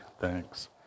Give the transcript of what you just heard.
Thanks